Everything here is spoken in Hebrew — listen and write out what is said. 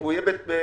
והוא יהיה ב-2021,